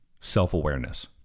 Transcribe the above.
self-awareness